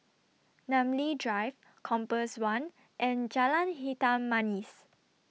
Namly Drive Compass one and Jalan Hitam Manis